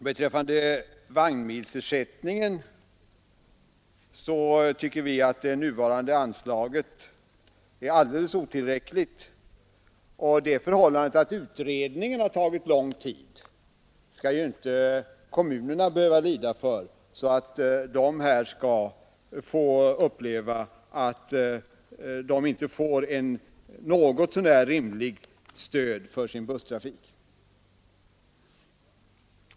I fråga om vagnmilsersättningen tycker vi att det nuvarande anslaget är alldeles otillräckligt. Det förhållandet att utredningen tagit lång tid skall inte kommunerna behöva lida för. De skall inte behöva uppleva att de inte får ett något så när rimligt stöd för sin busstrafik.